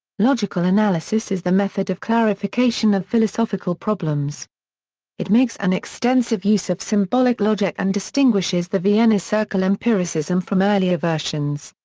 logical analysis is the method of clarification of philosophical problems it makes an extensive use of symbolic logic and distinguishes the vienna circle empiricism from earlier versions.